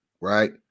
Right